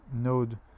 node